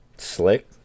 slick